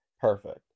perfect